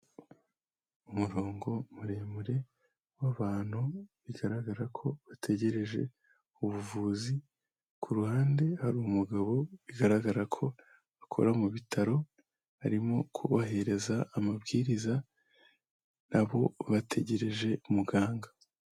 Umurongo muremure w'abantu bigaragara ko bategereje ubuvuzi, ku ruhande hari umugabo bigaragara ko akora mu bitaro arimo kubahiriza amabwiriza na bo bategereje umuganga.